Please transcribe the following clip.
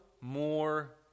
More